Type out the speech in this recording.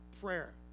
prayer